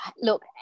look